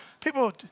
People